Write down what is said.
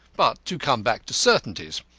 but to come back to certainties.